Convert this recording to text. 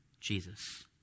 Jesus